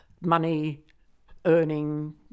money-earning